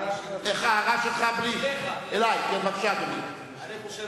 אני חושב,